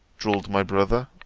drawled my brother.